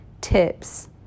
tips